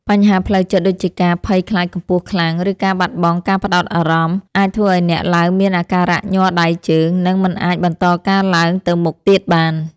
បញ្ហាផ្លូវចិត្តដូចជាការភ័យខ្លាចកម្ពស់ខ្លាំង ឬការបាត់បង់ការផ្ដោតអារម្មណ៍ អាចធ្វើឱ្យអ្នកឡើងមានអាការៈញ័រដៃជើង និងមិនអាចបន្តការឡើងទៅមុខទៀតបាន។